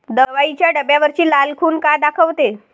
दवाईच्या डब्यावरची लाल खून का दाखवते?